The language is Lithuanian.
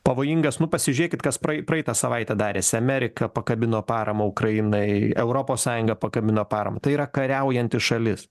pavojingas nu pasižiūrėkit kas praei praeitą savaitę darėsi amerika pakabino paramą ukrainai europos sąjunga pakabino paramą tai yra kariaujanti šalis